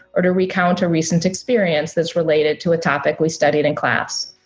or to recount a recent experience that's related to a topic we studied in class.